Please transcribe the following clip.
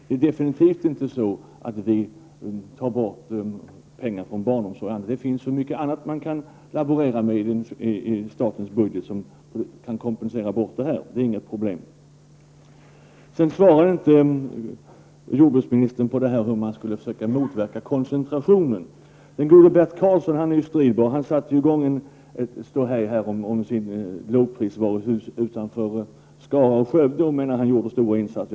Det är alldeles avgjort så att vi inte tar pengar från barnomsorgen. Det finns så mycket annat som man kan laborera med i statens budget för att kompensera ett sådant inkomstbortfall. Jordbruksministern svarade inte hur man skulle kunna motverka koncentrationen. Den goda Bert Karlsson är en stridbar man. Han satte i gång ett ståhej med sitt lågprisvaruhus utanför Skara och Skövde och menade att han här med gjorde stora insatser.